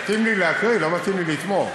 מתאים לי להקריא, לא מתאים לי לתמוך.